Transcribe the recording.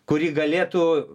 kuri galėtų